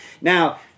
Now